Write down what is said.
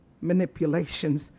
manipulations